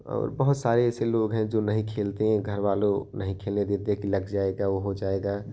और बहुत सारे ऐसे लोग हैं जो नहीं खेलते हैं घरवाले नहीं खेलने देते लग जाएगा वह हो जाएगा